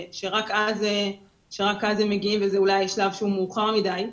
שרק אז הם מגיעים וזה אולי שלב שהוא מאוחר מדי.